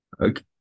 Okay